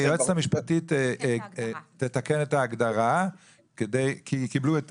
היועצת המשפטית תתקן את ההגדרה כי קיבלו את